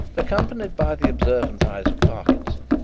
accompanied by the observant eyes of parkinson,